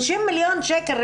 50 מיליון שקל.